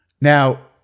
now